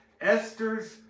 Esther's